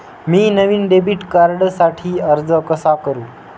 मी नवीन डेबिट कार्डसाठी अर्ज कसा करु?